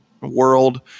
world